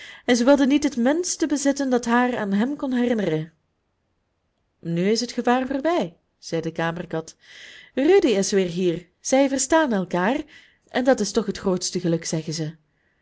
en zij wilde niet het minste bezitten dat haar aan hem kon herinneren nu is het gevaar voorbij zei de kamerkat rudy is weer hier zij verstaan elkaar en dat is toch het grootste geluk zeggen zij